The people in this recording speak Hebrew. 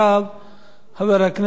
חבר הכנסת נסים זאב.